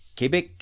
Quebec